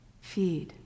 feed